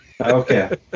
Okay